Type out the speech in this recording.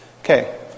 Okay